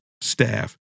staff